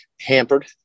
hampered